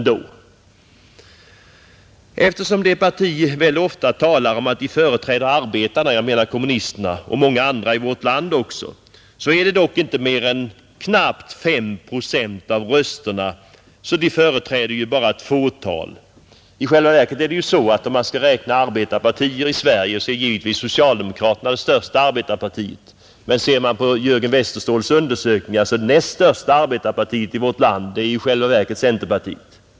De som väl ofta talar om att de företräder arbetarna — jag menar kommunisterna — får dock inte mer än knappt 5 procent av rösterna och företräder således bara ett fåtal. Socialdemokratiska partiet är givetvis det största arbetarpartiet i Sverige, men enligt Jörgen Westerståhls undersökning är det näst största arbetarpartiet i vårt land i själva verket centerpartiet.